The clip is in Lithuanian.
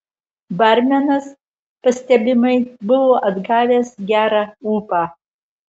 barmenas pastebimai buvo atgavęs gerą ūpą